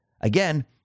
Again